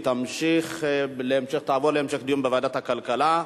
היא תעבור להמשך דיון בוועדת הכלכלה.